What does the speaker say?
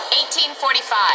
1845